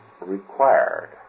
required